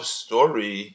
story